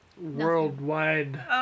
worldwide